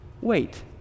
Wait